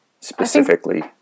specifically